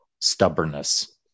stubbornness